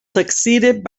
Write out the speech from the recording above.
succeeded